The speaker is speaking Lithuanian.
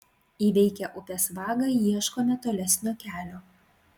įveikę upės vagą ieškome tolesnio kelio